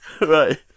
Right